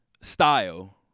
style